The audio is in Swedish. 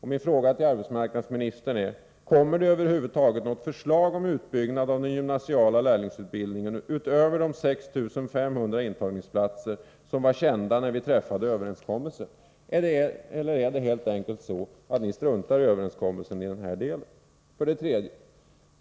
Min fråga till arbetsmarknadsministern är: Kommer det över huvud taget något förslag om utbyggnad av den gymnasiala lärlingsutbildningen utöver de 6 500 intagningsplatser som var kända när vi träffade överenskommelsen, eller är det helt enkelt så att ni struntar i överenskommelsen i den här delen? 3.